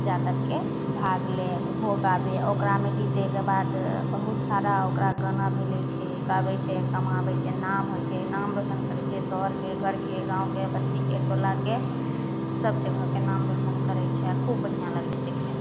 जा करके भाग लै ओहो गाबै ओकरामे जीतैके बाद बहुत सारा ओकरा गाना मिलै छै गाबै छै कमाबै छै नाम होइ छै नाम रोशन करै छै शहरके घरके गाँवके बस्तीके टोलाके सब जगहके नाम रोशन करै छै आओर खूब बढिआँ लगै छै देखैमे